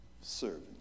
serving